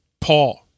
Paul